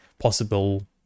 possible